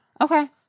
Okay